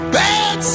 bad